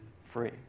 free